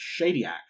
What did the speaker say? Shadyak